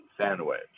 sandwich